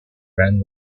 ran